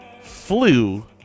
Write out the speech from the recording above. flew